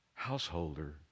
householder